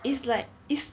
it's like is